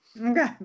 Okay